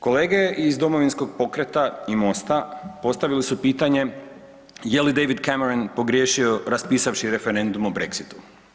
Kolege iz Domovinskog pokreta i Mosta postavili su pitanje je li David Cameron pogriješio raspisavši referendum o Brexitu.